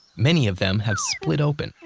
many of them have split open,